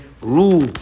rule